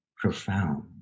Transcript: profound